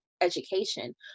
education